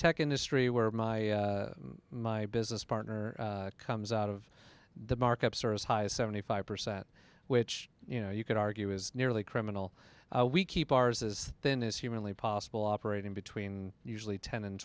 tech industry where my my business partner comes out of the markups are as high as seventy five percent which you know you could argue is nearly criminal we keep ours is thin as humanly possible operating between usually ten and